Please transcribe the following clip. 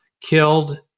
killed